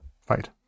fight